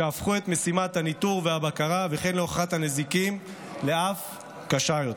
שהפכו את משימת הניטור והבקרה וכן את הוכחת הנזיקין לקשות אף יותר.